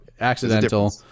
accidental